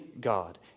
God